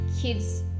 kids